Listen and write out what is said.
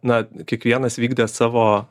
na kiekvienas vykdė savo